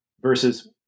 versus